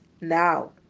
now